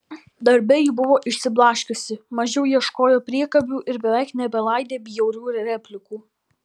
darbe ji buvo išsiblaškiusi mažiau ieškojo priekabių ir beveik nebelaidė bjaurių replikų